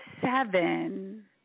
seven